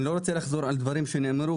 אני לא רוצה לחזור על דברים שנאמרו,